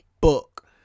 book